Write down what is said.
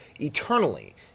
eternally